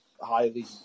highly